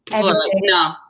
No